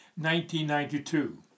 1992